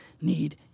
need